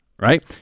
right